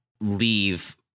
leave